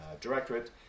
directorate